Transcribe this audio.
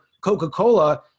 Coca-Cola